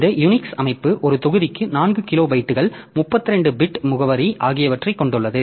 இந்த யூனிக்ஸ் அமைப்பு ஒரு தொகுதிக்கு 4 கிலோபைட்டுகள் 32 பிட் முகவரி ஆகியவற்றைக் கொண்டுள்ளது